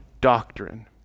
doctrine